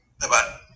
Bye-bye